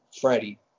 Freddie